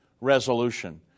resolution